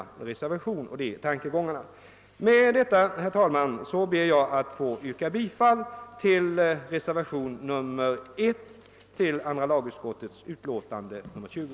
reservationen på denna punkt. Herr talman! Med detta ber jag att få yrka bifall till reservationen nr 1 till andra lagutskottets utlåtande nr 20.